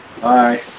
Bye